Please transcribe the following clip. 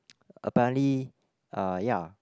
apparently uh ya